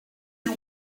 you